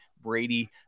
Brady